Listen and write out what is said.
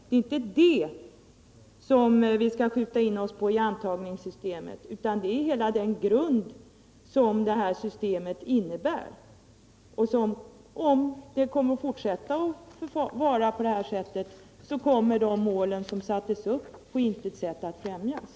Det är inte detta som vi skall skjuta in oss på när det gäller antagningssystemet utan på hela den grund som systemet vilar på, för om det fortsätter på det här viset kommer de mål som satts upp att på intet sätt främjas.